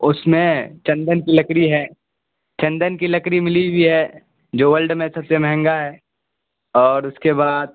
اس میں چندن کی لکڑی ہے چندن کی لکڑی ملی ہوئی ہے جو ورلڈ میں سب سے مہنگا ہے اور اس کے بعد